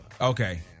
Okay